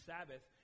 Sabbath